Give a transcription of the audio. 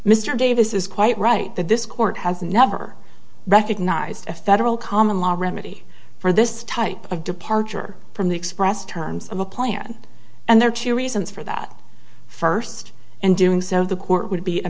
mr davis is quite right that this court has never recognized a federal common law remedy for this type of departure from the expressed terms of a plan and there to reasons for that first and doing so the court would be